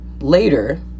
later